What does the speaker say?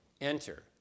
enter